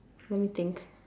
let me think